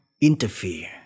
interfere